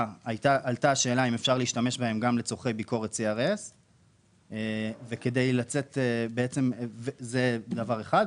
עלתה השאלה אם אפשר להשתמש בהם גם לצורכי ביקורת CRS. זה דבר אחד.